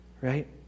right